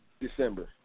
December